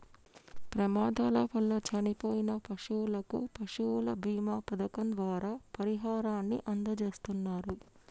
ప్రమాదాల వల్ల చనిపోయిన పశువులకు పశువుల బీమా పథకం ద్వారా పరిహారాన్ని అందజేస్తున్నరు